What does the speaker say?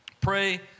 Pray